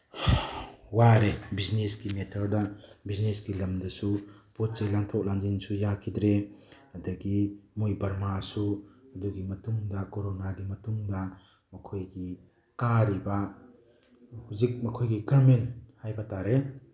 ꯋꯥꯔꯦ ꯕꯤꯖꯤꯅꯦꯁꯀꯤ ꯃꯦꯇꯔꯗ ꯕꯤꯖꯤꯅꯦꯁꯀꯤ ꯂꯝꯗꯁꯨ ꯄꯣꯠ ꯆꯩ ꯂꯥꯟꯊꯣꯛ ꯂꯥꯟꯁꯤꯟꯁꯨ ꯂꯥꯡꯈꯤꯗ꯭ꯔꯦ ꯑꯗꯒꯤ ꯃꯣꯏ ꯕꯔꯃꯥꯁꯨ ꯑꯗꯨꯒꯤ ꯃꯇꯨꯡꯗ ꯀꯣꯔꯣꯅꯥꯒꯤ ꯃꯇꯨꯡꯗ ꯃꯈꯣꯏꯒꯤ ꯀꯥꯔꯤꯕ ꯍꯧꯖꯤꯛ ꯃꯈꯣꯏꯒꯤ ꯒꯔꯃꯦꯟ ꯍꯥꯏꯕ ꯇꯥꯔꯦ